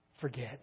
forget